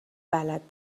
بلد